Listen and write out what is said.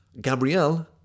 Gabrielle